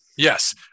Yes